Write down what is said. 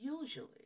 usually